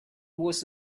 was